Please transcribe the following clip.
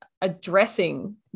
addressing